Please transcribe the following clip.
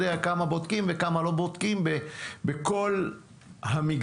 כמה בודקים וכמה לא בודקים בכל המגזרים.